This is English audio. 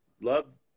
love